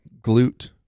glute